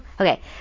okay